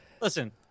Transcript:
Listen